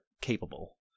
capable